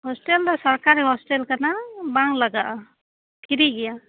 hostel ᱫᱚ ᱥᱚᱨᱠᱟᱨᱤ hostel ᱠᱟᱱᱟ ᱵᱟᱝ ᱞᱟᱜᱟᱼᱟ ᱯᱷᱤᱨᱤ ᱜᱮᱭᱟ